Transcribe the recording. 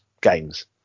games